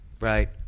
right